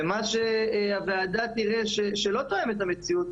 מה שהוועדה תראה שלא תואם את המציאות,